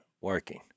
working